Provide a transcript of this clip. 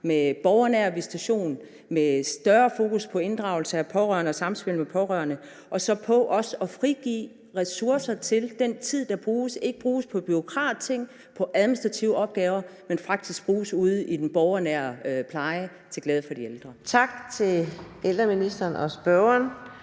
med borgernær visitation, med større fokus på inddragelse af pårørende og samspil med pårørende og så også med at frigive ressourcer fra den tid, der bruges på bureaukratiske ting på administrative opgaver, så den faktisk kan bruges ude i den borgernære pleje til glæde for de ældre. Kl. 16:33 Anden næstformand